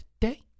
today